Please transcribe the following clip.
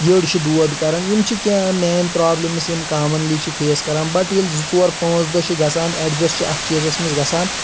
یڈ چھُ دۄد کران یم چھِ کیٚنٛہہ مین پروبلِمز یِم کامنٛلی چھِ فیس کران بٹ ییٚلہِ زٕ ژور پانٛژھ دۄہ چھِ گژھان ایٚڈجسٹ چھِ اَتھ چیٖزَس منٛز گژھان